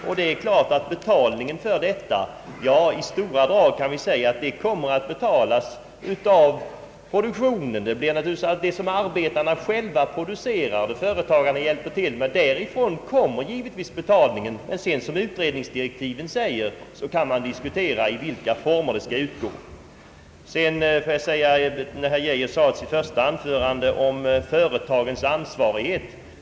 När det gäller betalningen för detta kan vi i stora drag säga, att kostnaderna kommer att betalas av produktionen. Betalningen skall givetvis komma från det som arbetarna själva producerar och företagarna hjälper till med. Men sedan kan man naturligtvis, som utredningsdirektiven säger, diskutera i vilka former pengarna skall utgå. Herr Geijer talade i sitt första anförande om företagens ansvarighet.